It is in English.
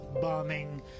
bombing